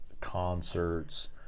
concerts